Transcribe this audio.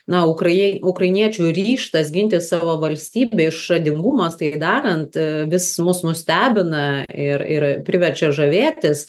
na ukrai ie ukrainiečių ryžtas ginti savo valstybę išradingumas tai darant vis mus nustebina ir ir priverčia žavėtis